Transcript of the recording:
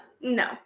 no